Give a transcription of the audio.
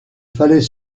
fallait